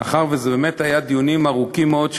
מאחר שאלה היו באמת דיונים ארוכים מאוד,